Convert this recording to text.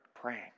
praying